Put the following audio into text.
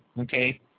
okay